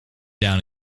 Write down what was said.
down